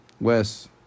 Wes